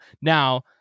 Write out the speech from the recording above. Now